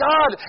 God